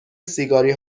سیگاری